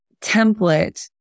template